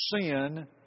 sin